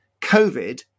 COVID